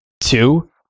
Two